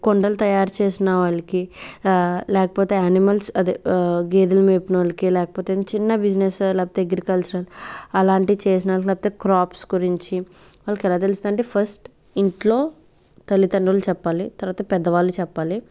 కొండలు తయారు చేసిన వాళ్ళకి లేకపోతే అనిమల్స్ అదే గేదలు మేపినోళ్ళకి లేకపోతే చిన్న బిజినెస్ లేకపోతే అగ్రికల్చరల్ అలాంటి చేసిన వాళ్ళకి లేకపోతే క్రాప్స్ గురించి వాళ్ళకి ఎలా తెలుస్తుందంటే ఫస్ట్ తర్వాత పెద్దవాళ్ళు చెప్పాలి